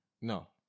No